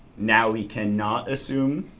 now we can not assume?